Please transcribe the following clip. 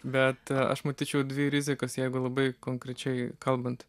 bet aš matyčiau dvi rizikas jeigu labai konkrečiai kalbant